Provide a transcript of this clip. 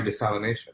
desalination